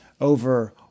over